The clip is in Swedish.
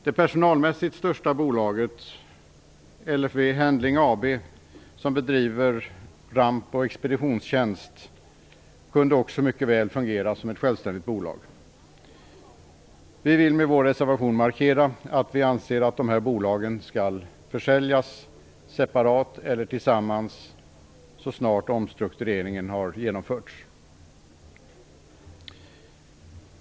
Det personalmässigt största bolaget, LFV Handling AB, som bedriver ramp och expeditionstjänst, kunde också mycket väl fungera som ett självständigt bolag. Vi vill med vår reservation markera att vi anser att dessa bolag skall säljas, separat eller tillsammans, så snart omstruktureringen har genomförts.